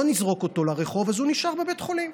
לא נזרוק אותו לרחוב, אז הוא נשאר בבית חולים.